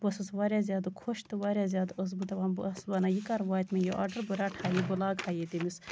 بہٕ ٲسٕس واریاہ زیادٕ خۄش تہٕ واریاہ زیادٕ ٲسٕس بہٕ دَپان بہٕ ٲسٕس وَنان یہِ کَر واتہِ مےٚ یہِ آرڈر بہٕ رَٹہٕ ہا یہِ بہٕ لاگہٕ ہا تٔمِس